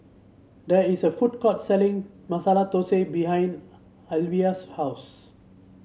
there is a food court selling Masala Thosai behind Alyvia's house